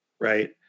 right